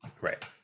Right